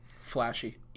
Flashy